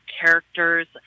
characters